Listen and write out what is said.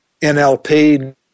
NLP